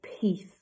Peace